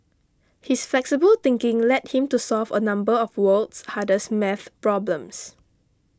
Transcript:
his flexible thinking led him to solve a number of the world's hardest math problems